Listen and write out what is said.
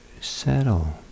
settle